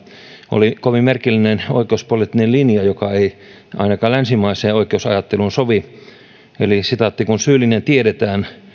oli kovin merkillinen oikeuspoliittinen linja joka ei ainakaan länsimaiseen oikeusajatteluun sovi kun syyllinen tiedetään